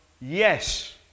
Yes